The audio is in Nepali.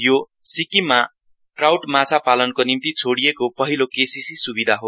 यो सिक्किममा ट्राउट माछा पालनको निम्ति छोडिएको पहिलो केसीसी सुविधा हो